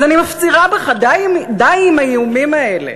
אז אני מפצירה בך: די עם האיומים האלה,